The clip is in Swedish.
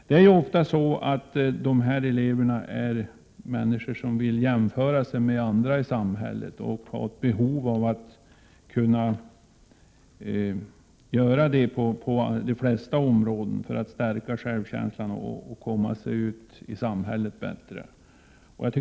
De här eleverna vill ofta jämföra sig med andra i samhället och har behov av att kunna göra det på de flesta områden, för att stärka självkänslan och komma ut i samhället bättre.